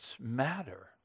matter